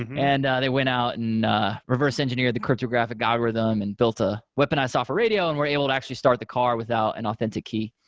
and they went out and reverse engineered the cryptographic algorithm and built a weaponized software radio and were able to actually start the car without an authentic key.